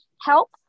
help